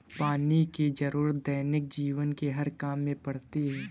पानी की जरुरत दैनिक जीवन के हर काम में पड़ती है